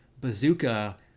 bazooka